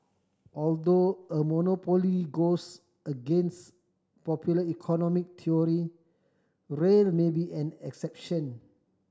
although a monopoly goes against popular economic theory rail may be an exception